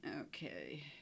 okay